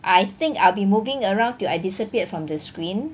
I think I'll be moving around till I disappeared from the screen